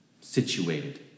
situated